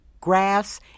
grass